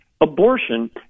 Abortion